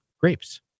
grapes